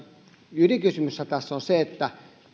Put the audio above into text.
ydinkysymyshän tässä on se että